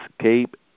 Escape